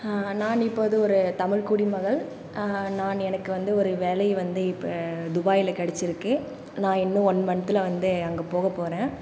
நான் இப்போது ஒரு தமிழ் குடிமகள் நான் எனக்கு வந்து ஒரு வேலை வந்து இப்போ துபாயில் கிடச்சிருக்கு நான் இன்னும் ஒன் மன்த்தில் வந்து அங்கே போகப் போகிறேன்